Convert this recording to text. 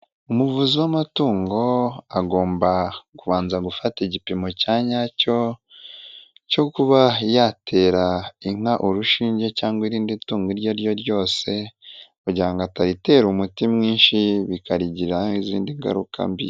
Umuvuzi w'amatungo agomba kubanza gufata igipimo cya nyacyo, cyo kuba yatera inka urushinge cyangwa irindi tungo iryo ari ryo ryose kugirango ataritera umuti mwinshi bikarigira izindi ngaruka mbi.